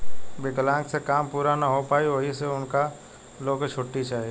विकलांक से काम पूरा ना हो पाई ओहि से उनका लो के छुट्टी चाही